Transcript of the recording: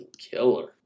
killer